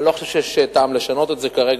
אני לא חושב שיש טעם לשנות את זה כרגע,